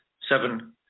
seven